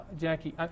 Jackie